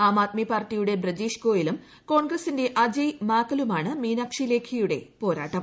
ആം ആദ്മി പാർട്ടിയുടെ ബ്രജേഷ് ഗോയലും കോൺഗ്രസിന്റെ അജയ് മാക്കലുമായാണ് മീനാക്ഷി ലേഖിയുടെ പോരാട്ടം